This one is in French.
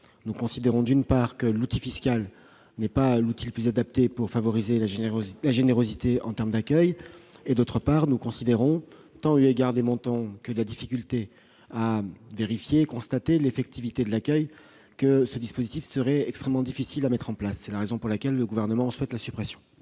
Nous considérons, d'une part, que l'outil fiscal n'est pas le plus adapté pour favoriser la générosité en termes d'accueil et, d'autre part, eu égard aux montants visés et à la difficulté de vérifier et de constater l'effectivité de l'accueil, que ce dispositif serait extrêmement difficile à mettre en place. C'est la raison pour laquelle le Gouvernement souhaite la suppression